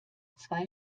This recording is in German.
zwei